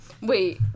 Wait